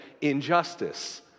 injustice